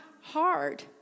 hard